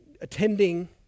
attending